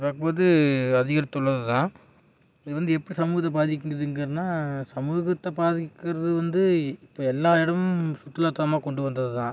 அப்படி பார்க்கும்போது அதிகரித்துள்ளது தான் இது வந்து எப்படி சமூகத்தை பாதிக்கிதுங்கிறதுனா சமூகத்தை பாதிக்கிறது வந்து இப்போ எல்லா இடமும் சுற்றுலா தலமாக கொண்டு வந்தது தான்